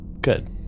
Good